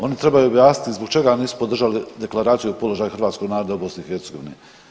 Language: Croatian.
Oni trebaju objasniti zbog čega nisu podržali Deklaraciju o položaju hrvatskog naroda u BiH.